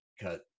Cut